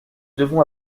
devons